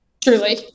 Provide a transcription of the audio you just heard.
Truly